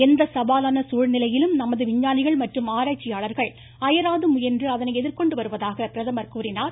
எந்த சவாலான சூழ்நிலையிலும் நமது விஞ்ஞானிகள் மற்றும் ஆராய்ச்சியாளர்கள் அயராது முயன்று அதனை எதிர்கொண்டு வருவதாக கூறியுள்ளார்